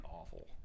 awful